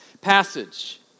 passage